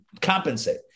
compensate